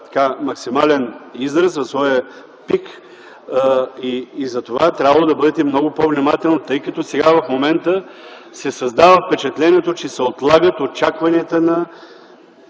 максимален израз, в своя пик и затова е трябвало да бъдете много по-внимателни. Сега, в момента, се създава впечатлението, че се отлагат очакванията на